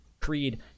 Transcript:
Creed